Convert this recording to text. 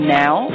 now